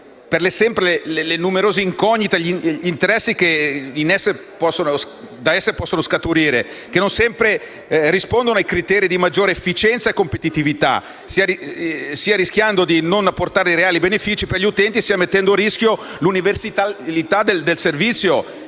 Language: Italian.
per le numerose incognite e per gli interessi che da esse possono scaturire che non sempre rispondono a criteri di maggior efficienza e competitività, sia rischiando di non portare reali benefici agli utenti sia mettendo a rischio l'universalità del servizio